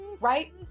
right